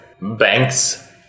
banks